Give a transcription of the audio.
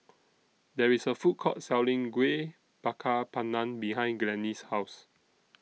There IS A Food Court Selling Kueh Bakar Pandan behind Glennis' House